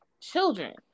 children